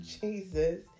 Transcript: Jesus